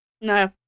No